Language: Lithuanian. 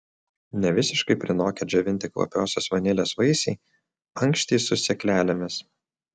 nevisiškai prinokę džiovinti kvapiosios vanilės vaisiai ankštys su sėklelėmis